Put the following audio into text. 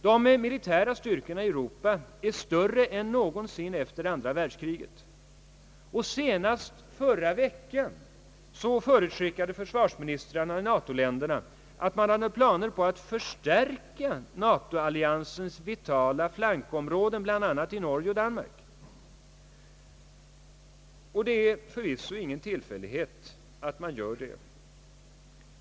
De militära styrkorna i Europa är större än någonsin efter det andra världskriget, och senast förra veckan förutskickade försvarsministrarna i NATO länderna, att man hade planer på att förstärka NATO-alliansens vitala flankområden bl.a. i Norge och Danmark. Det är förvisso ingen tillfällighet att man gör det.